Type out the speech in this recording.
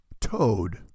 Toad